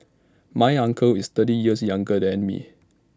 my uncle is thirty years younger than me